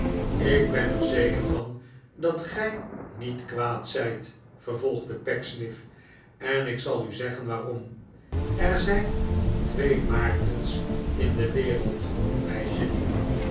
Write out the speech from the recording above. ik ben er zeker van dat gij niet kwaad zijt vervolgde pecksniff en ik zal u zeggen waarom er zijn twee maartens in de wereld meisjelief